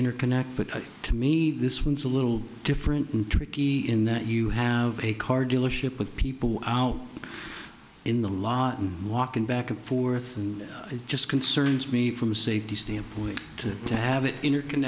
interconnect but to me this one's a little different and tricky in that you have a car dealership with people wow in the lot and walk in back and forth and it just concerns me from a safety standpoint to to have it in or c